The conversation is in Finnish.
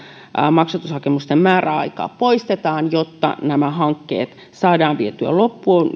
maksatushakemusten määräaika poistetaan jotta nämä hankkeet jotka ovat suunnittelussa saadaan vietyä loppuun